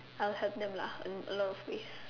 I'll help them lah in a lot of ways